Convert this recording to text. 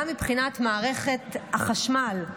גם מבחינת מערכת החשמל,